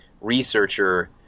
researcher